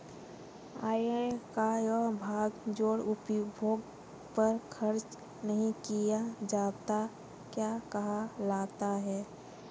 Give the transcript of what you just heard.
आय का वह भाग जो उपभोग पर खर्च नही किया जाता क्या कहलाता है?